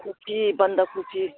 खबि बान्दा कबि